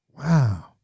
Wow